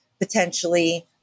potentially